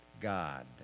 God